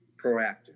proactive